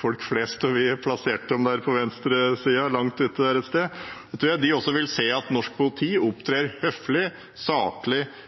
folk flest og vi plassert dem langt ute på venstresiden et sted – vil se at norsk politi opptrer høflig,